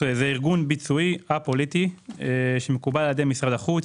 ארגון ביצועי א-פוליטי שמקובל על ידי משרד החוץ,